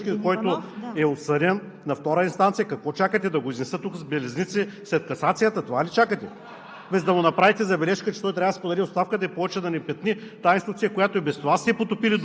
да се говорят нелепи истории, и то от един народен представител, с извинение в кавички, който е осъден на втора инстанция. Какво чакате, да го изнесат тук с белезници след касацията, това ли чакате?